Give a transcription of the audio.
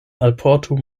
alportu